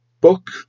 book